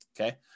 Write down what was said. Okay